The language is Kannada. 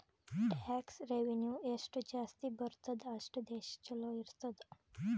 ಟ್ಯಾಕ್ಸ್ ರೆವೆನ್ಯೂ ಎಷ್ಟು ಜಾಸ್ತಿ ಬರ್ತುದ್ ಅಷ್ಟು ದೇಶ ಛಲೋ ಇರ್ತುದ್